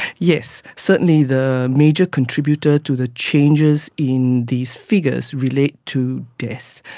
yes, certainly the major contributor to the changes in these figures relate to death.